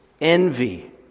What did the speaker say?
envy